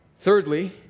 Thirdly